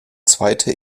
zweiter